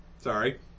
sorry